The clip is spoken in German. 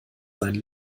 seinen